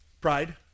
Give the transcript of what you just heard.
pride